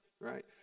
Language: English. right